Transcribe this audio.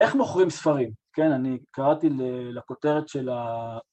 איך מוכרים ספרים? כן, אני קראתי לכותרת של ה...